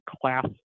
class